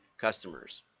customers